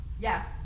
Yes